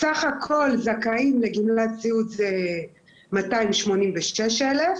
סך הכל זכאים לגמלת סיעוד זה מאתיים שמונים ושש אלף,